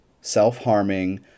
self-harming